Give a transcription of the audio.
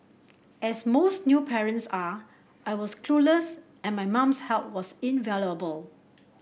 as most new parents are I was clueless and my mum's help was invaluable